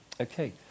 Okay